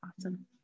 awesome